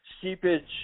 seepage